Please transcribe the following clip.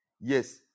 yes